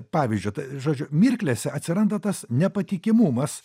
pavyzdžiu žodžiu mirklėse atsiranda tas nepatikimumas